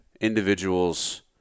individuals